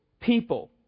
people